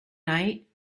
night